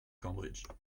cambridge